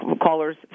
callers